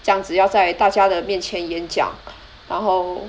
这样子要在大家的面前演讲然后